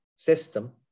system